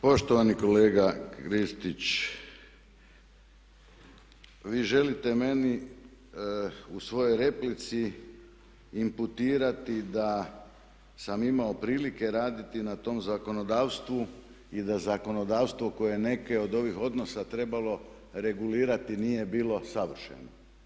Poštovani kolega Kristić vi želite meni u svojoj replici imputirati da sam imao prilike raditi na tom zakonodavstvu i da zakonodavstvo koje je neke od ovih odnosa trebalo regulirati nije bilo savršeno.